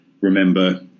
remember